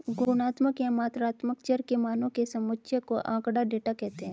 गुणात्मक या मात्रात्मक चर के मानों के समुच्चय को आँकड़ा, डेटा कहते हैं